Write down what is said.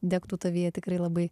degtų tavyje tikrai labai